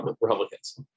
Republicans